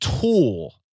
tool